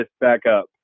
backup